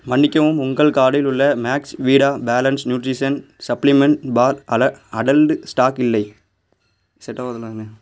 மன்னிக்கவும் உங்கள் கார்ட்டில் உள்ள Max Vida balanced nutrition supplement bar அட அடல்ட் ஸ்டாக் இல்லை